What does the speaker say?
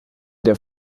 der